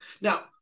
Now